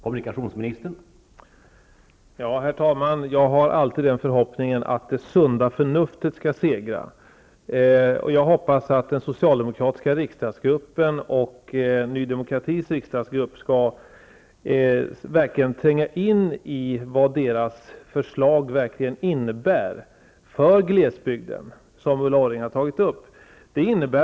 Herr talman! Jag har alltid förhoppningen att sunda förnuftet skall segra. Jag hoppas att den socialdemokratiska riksdagsgruppen och Ny Demokratis riksdagsgrupp verkligen skall tränga in i vad deras förslag innebär för glesbygden, som Ulla Orring har tagit upp.